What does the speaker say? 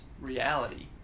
reality